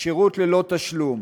שירות ללא תשלום.